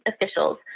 officials